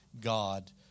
God